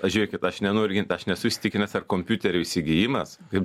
žiūrėkit aš nenoriu ginti aš nesu įsitikinęs ar kompiuterio įsigijimas ir